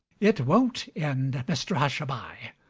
it won't end, mr hushabye.